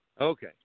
Okay